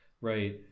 right